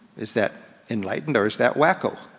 is that enlightened or is that wacko?